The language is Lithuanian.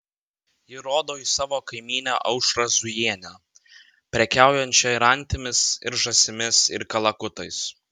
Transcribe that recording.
ji rodo į savo kaimynę aušrą zujienę prekiaujančią ir antimis ir žąsimis ir kalakutais